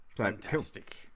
fantastic